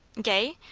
gay?